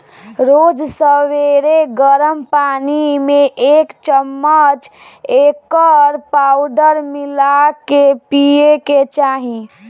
रोज सबेरे गरम पानी में एक चमच एकर पाउडर मिला के पिए के चाही